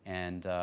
and,